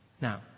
Now